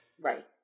Right